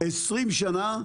20 שנה,